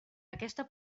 aquesta